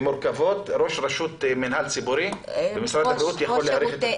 ראש רשות ציבורית יכול להאריך את זה.